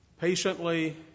patiently